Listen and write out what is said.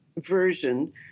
version